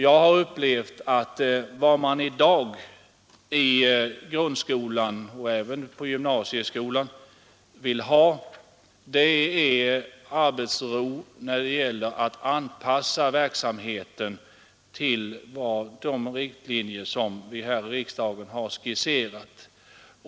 Jag har upplevt att vad man i dag i grundskolan och gymnasieskolan vill ha är arbetsro när det gäller att anpassa verksamheten till de riktlinjer som riksdagen har skisserat.